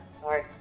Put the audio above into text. Sorry